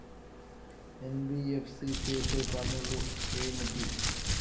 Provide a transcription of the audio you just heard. NBFC చేసే పనులు ఏమిటి?